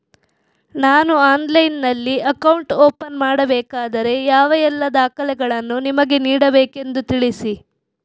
ನಾನು ಆನ್ಲೈನ್ನಲ್ಲಿ account open ಮಾಡಬೇಕಾದರೆ ಯಾವ ಎಲ್ಲ ದಾಖಲೆಗಳನ್ನು ನಿಮಗೆ ನೀಡಬೇಕೆಂದು ತಿಳಿಸಿ?